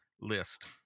List